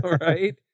right